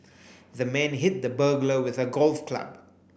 the man hit the burglar with a golf club